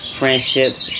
friendships